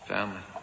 Family